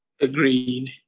Agreed